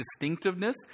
distinctiveness